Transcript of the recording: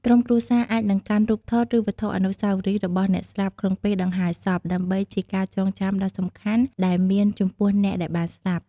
ក្រុមគ្រួសារអាចនឹងកាន់រូបថត ឬវត្ថុអនុស្សាវរីយ៍របស់អ្នកស្លាប់ ក្នុងពេលដង្ហែសព ដើម្បីជាការចងចាំដ៏សំខាន់ដែលមានចំពោះអ្នកដែលបានស្លាប់។